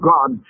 God